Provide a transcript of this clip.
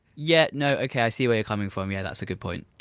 yeah, no, okay, i see where you're coming from, yeah that's a good point.